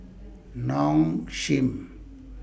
Nong Shim